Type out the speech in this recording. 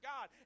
God